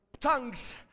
tongues